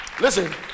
listen